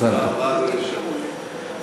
תודה רבה, אדוני היושב-ראש.